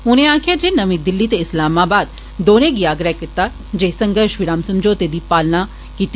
उनें आक्खेआ जे ओ नमीं दिल्ली ते इस्लामाबाद दौनें गी आग्रह करदे न जे संघर्ष विराम समझौते दी पालना करन